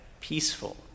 peaceful